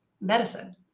medicine